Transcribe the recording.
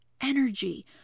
energy